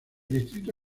distrito